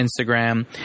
Instagram